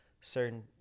certain